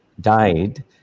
died